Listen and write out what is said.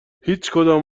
هیچکدوم